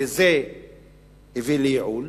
וזה הביא לייעול.